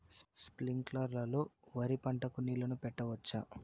స్ప్రింక్లర్లు లో వరి పంటకు నీళ్ళని పెట్టొచ్చా?